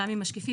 גם עם משקיפים,